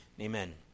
Amen